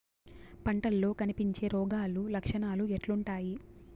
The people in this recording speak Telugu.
పంటల్లో కనిపించే రోగాలు లక్షణాలు ఎట్లుంటాయి?